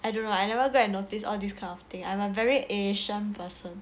I don't know I never go and notice all this kind of thing I'm a very asian person